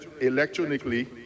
electronically